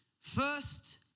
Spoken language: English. First